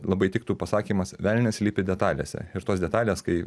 labai tiktų pasakymas velnias slypi detalėse ir tos detalės kai